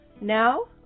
Now